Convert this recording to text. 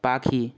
পাখি